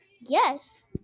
Yes